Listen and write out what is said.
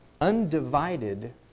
undivided